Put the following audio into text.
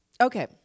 Okay